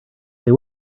they